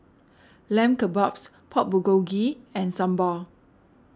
Lamb Kebabs Pork Bulgogi and Sambar